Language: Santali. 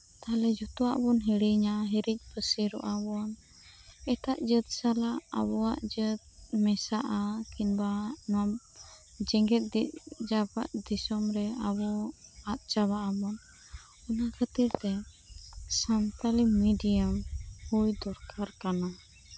ᱛᱟᱦᱚᱞᱮ ᱡᱷᱚᱛᱚᱣᱟᱜ ᱵᱚᱱ ᱦᱤᱲᱤᱧᱟ ᱦᱤᱨᱤᱡ ᱯᱟᱹᱥᱤᱨᱚᱜᱼᱟ ᱵᱚᱱ ᱮᱴᱟᱜ ᱡᱟᱹᱛ ᱥᱟᱞᱟᱜ ᱟᱵᱚᱣᱟᱜ ᱡᱟᱹᱛ ᱢᱮᱥᱟᱜᱼᱟ ᱠᱤᱢᱵᱟ ᱡᱮᱜᱮᱛ ᱡᱟᱠᱟᱛ ᱫᱤᱥᱚᱢ ᱨᱮ ᱟᱵᱚ ᱟᱫ ᱪᱟᱵᱟᱜ ᱟᱵᱚᱱ ᱚᱱᱟ ᱠᱷᱟᱹᱛᱤᱨ ᱛᱮ ᱥᱟᱱᱛᱟᱲᱤ ᱢᱮᱰᱤᱭᱟᱢ ᱦᱩᱭ ᱫᱚᱨᱠᱟᱨ ᱠᱟᱱᱟ